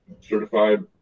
certified